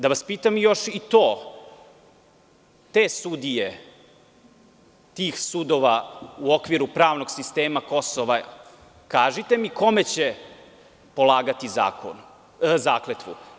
Da vas pitam još i to – te sudije, tih sudova u okviru pravnog sistema KiM, kažite mi, kome će polagati zakletvu?